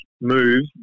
move